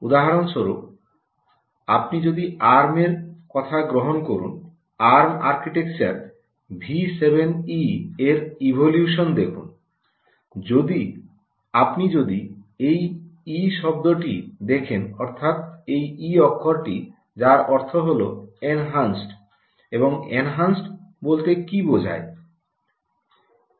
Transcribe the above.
উদাহরণস্বরূপ আপনি যদি আর্ম এর কথা গ্রহণ করুন আর্ম আর্কিটেকচার ভি7ই এর ইভোলিউশন দেখুন আপনি যদি এই E শব্দটি দেখেন অর্থাৎ এই E অক্ষরটি যার অর্থ হল এনহান্সড এবং এনহান্সড বলতে কী বোঝায়